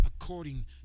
according